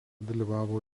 dalyvavo